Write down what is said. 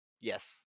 Yes